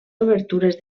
obertures